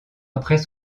après